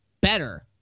better